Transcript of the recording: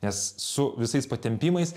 nes su visais patempimais